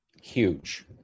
Huge